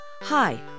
Hi